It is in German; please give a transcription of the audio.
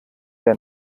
der